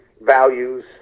values